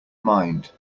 mind